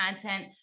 content